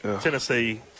Tennessee